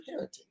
parenting